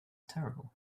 terrible